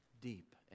deep